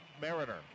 Mariner